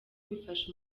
bifasha